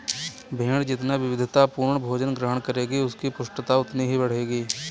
भेंड़ जितना विविधतापूर्ण भोजन ग्रहण करेगी, उसकी पुष्टता उतनी ही बढ़ेगी